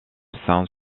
saint